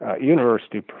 University